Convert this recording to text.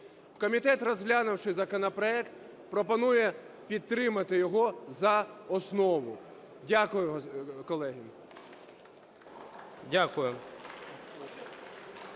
Комітет, розглянувши законопроект, пропонує підтримати його за основу. Дякую, колеги.